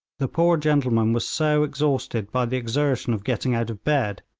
the poor gentleman was so exhausted by the exertion of getting out of bed,